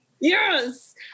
Yes